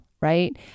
right